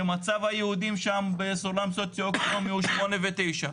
שמצב היהודים שם בסולם הסוציו אקונומי הוא 8 ו-9,